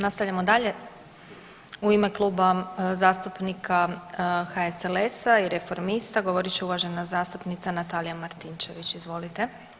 Nastavljamo dalje, u ime Kluba zastupnika HSLS-a i Reformista govorit će uvažena zastupnica Natalija Martinčević, izvolite.